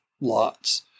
lots